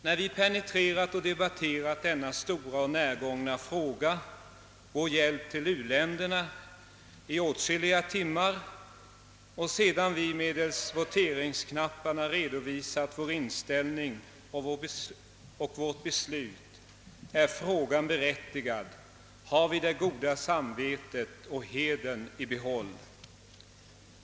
När vi penetrerat och debatterat denna stora och närgångna fråga om hjälp till u-länderna i åtskilliga timmar och sedan vi medelst voteringsknapparna redovisat vår inställning och vårt beslut, är frågan berättigad: Har vi det goda samvetet och hedern i behåll?